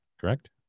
Correct